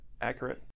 accurate